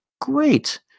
Great